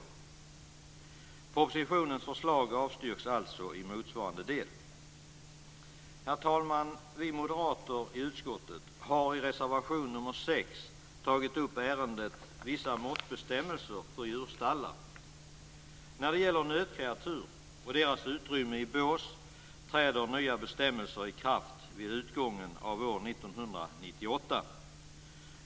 Propositionens förslag avstyrks alltså i motsvarande del. Herr talman! Vi moderater i utskottet har i reservation nr 6 tagit upp frågan om vissa måttbestämmelser för djurstallar. När det gäller nötkreatur och deras utrymme i bås träder nya bestämmelser i kraft vid utgången av år 1998.